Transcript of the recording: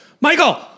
Michael